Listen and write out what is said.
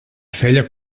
cella